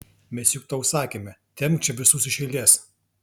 mes juk tau sakėme tempk čia visus iš eilės